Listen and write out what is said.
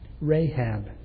Rahab